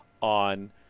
on